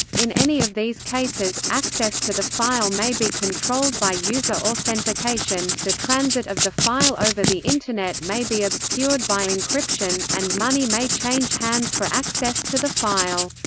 in any of these cases, access to the file may be controlled by user authentication, the transit of the file over the internet may be obscured by encryption, and money may change hands for access to the file.